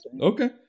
Okay